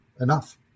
enough